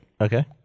Okay